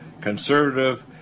conservative